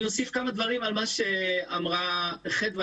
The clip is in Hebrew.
אני אוסיף כמה דברים על מה שאמרה חדוה.